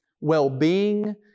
well-being